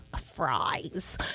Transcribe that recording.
fries